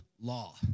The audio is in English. law